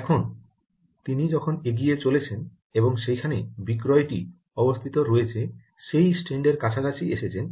এখন তিনি যখন এগিয়ে চলেছেন এবং যেখানে বিক্রয়টি অবস্থিত রয়েছে সেই স্ট্যান্ডের কাছাকাছি এসেছেন